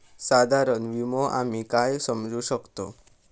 साधारण विमो आम्ही काय समजू शकतव?